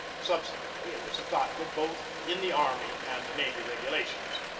subsequently it was adopted both in the army and the navy regulations.